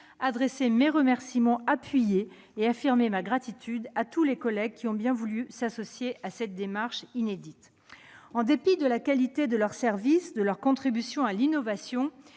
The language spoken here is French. adresser mes remerciements appuyés et affirmer ma gratitude à tous mes collègues qui ont bien voulu s'associer à cette démarche inédite. En dépit de la qualité de leurs services et de leur contribution à l'innovation,